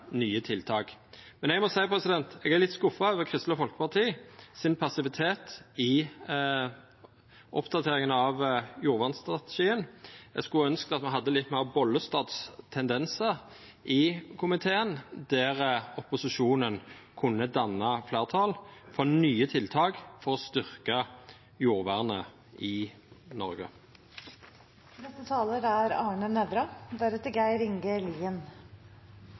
nye tiltak. Eg må seia at eg er skuffa over Kristeleg Folkepartis passivitet i oppdateringa av jordvernstrategien. Eg skulle ønskt at me hadde meir av representanten Bollestads tendensar i komiteen, der opposisjonen kunne ha danna fleirtal for nye tiltak for å styrkja jordvernet i Noreg.